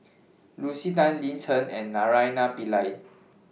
Lucy Tan Lin Chen and Naraina Pillai